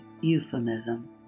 euphemism